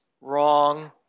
Wrong